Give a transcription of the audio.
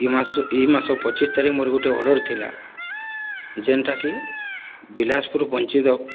ଏହି ମାସ ଏହି ମାସ ପଚିଶ ତାରିଖ ମୋର ଗୋଟିଏ ଅର୍ଡ଼ର ଥିଲା ଯେଉଁଟାକି ବିଳାସପୁର